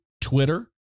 Twitter